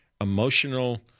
emotional